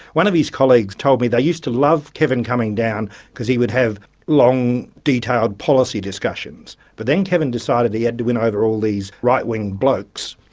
one of his colleagues told me they used to love kevin coming down because he would have long detailed policy discussions. but then kevin decided he had to win over all these right-wing blokes,